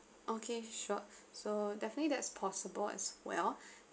okay sure so definitely that's possible as well